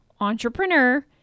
entrepreneur